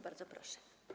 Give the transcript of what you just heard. Bardzo proszę.